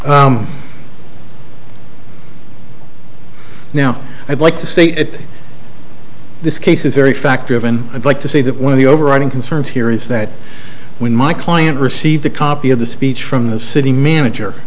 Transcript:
now i'd like to state that this case is very fact driven i'd like to say that one of the overriding concerns here is that when my client received a copy of the speech from the city manager